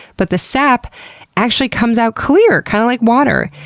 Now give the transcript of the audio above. but the sap actually comes out clear, kind of like water.